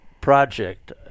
project